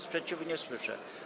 Sprzeciwu nie słyszę.